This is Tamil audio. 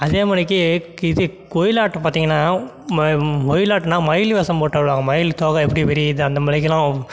அதேமாரிக்கி இது ஒயிலாட்டம் பார்த்தீங்கன்னா ஒயிலாட்டம்னா மயில் வேஷம் போட்டு ஆடுவாங்க மயில் தோகை எப்படி விரியுது அந்தமாரிக்கெல்லாம்